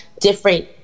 different